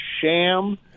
sham